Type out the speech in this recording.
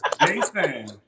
Jason